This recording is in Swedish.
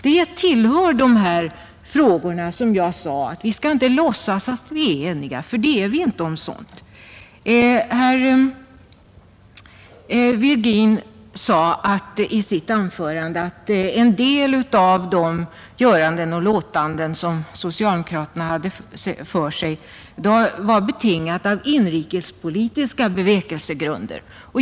Det tillhör de frågor om vilka jag sade att vi inte skall låtsas att vi är eniga, ty det är vi inte. Herr Virgin sade i sitt anförande att en del av socialdemokraternas göranden och låtanden var betingade av inrikespolitiska bevekelsegrunder.